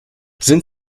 sind